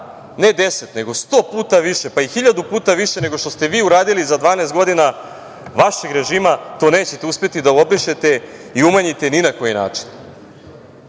ne 10, nego 100 puta više, pa i 1.000 puta više nego što ste vi uradili za 12 godina vašeg režima to nećete uspeti da obrišete i umanjite ni na koji način. Ovakve